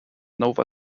nova